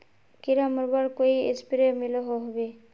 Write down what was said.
कीड़ा मरवार कोई स्प्रे मिलोहो होबे?